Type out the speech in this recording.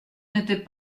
n’était